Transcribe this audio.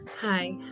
Hi